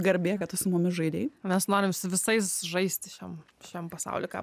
garbė kad tu su mumis žaidei mes norim su visais žaisti šiam šiam pasauly ką